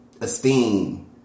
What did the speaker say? esteem